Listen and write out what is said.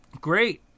great